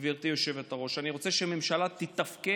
גברתי היושבת-ראש: אני רוצה שהממשלה תתפקד,